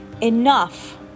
enough